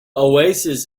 oasis